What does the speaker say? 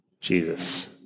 Jesus